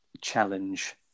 challenge